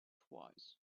twice